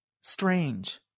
strange